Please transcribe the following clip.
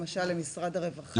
למשל למשרד הרווחה?